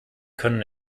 können